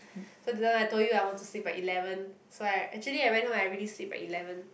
so that time I told you I want to sleep by eleven so I actually I went home I already sleep by eleven